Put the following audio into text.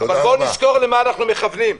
אבל בואו נזכור למה אנחנו מכוונים.